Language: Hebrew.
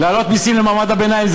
להעלות מסים למעמד הביניים,